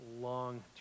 long